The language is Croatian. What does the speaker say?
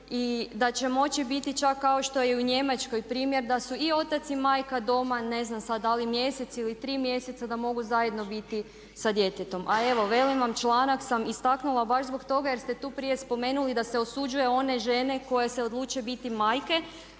i da će moći biti čak kao što je u Njemačkoj primjer da su i otac i majka doma. Ne znam sad da li mjesec ili tri mjeseca da mogu zajedno biti sa djetetom. A evo velim vam članak sam istaknula baš zbog toga jer ste tu prije spomenuli da se osuđuje one žene koje se odluče biti majke.